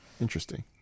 interesting